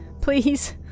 Please